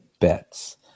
bets